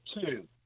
two